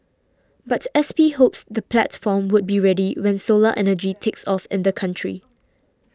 but S P hopes the platform would be ready when solar energy takes off in the country